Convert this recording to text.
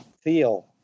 feel